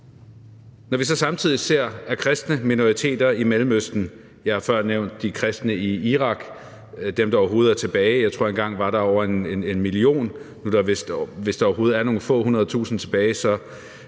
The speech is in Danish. vores egen. Lad os se på kristne minoriteter i Mellemøsten. Jeg har før nævnt de kristne i Irak; dem, der overhovedet er tilbage. Jeg tror, at der engang var over en million. Hvis der overhovedet er nogle få hundredetusinder tilbage,